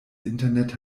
internet